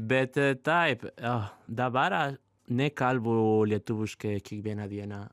bet taip oh dabar aš nekalbu lietuviškai kiekvieną dieną